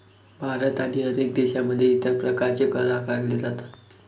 भारत आणि अनेक देशांमध्ये इतर प्रकारचे कर आकारले जातात